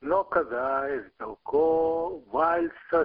nuo kada ir dėl ko valsas